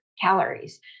calories